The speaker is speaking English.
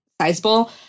sizable